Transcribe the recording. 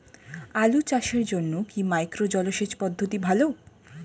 আলু চাষের জন্য কি মাইক্রো জলসেচ পদ্ধতি ভালো?